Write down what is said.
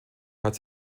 hat